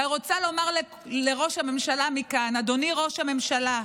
ואני רוצה לומר לראש הממשלה מכאן: אדוני ראש הממשלה,